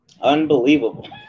Unbelievable